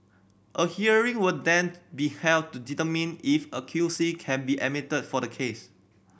a hearing will then be held to determine if a Q C can be admitted for the case